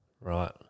Right